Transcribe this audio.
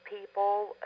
people